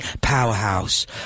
Powerhouse